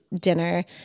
dinner